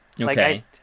Okay